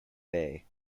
bay